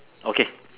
okay